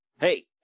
Hey